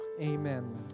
Amen